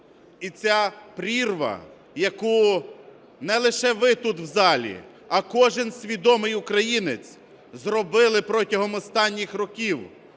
І ця прірва, яку не лише ви тут в залі, а кожен свідомий українець, зробили протягом останніх років